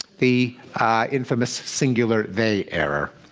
the infamous singular they error.